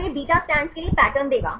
तो यह beta strands के लिए पैटर्न देगा